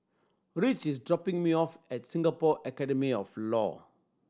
Rich is dropping me off at Singapore Academy of Law